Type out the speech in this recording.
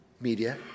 media